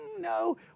No